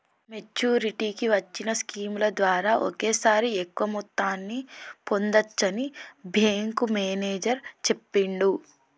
మెచ్చురిటీకి వచ్చిన స్కీముల ద్వారా ఒకేసారి ఎక్కువ మొత్తాన్ని పొందచ్చని బ్యేంకు మేనేజరు చెప్పిండు